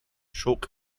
chalk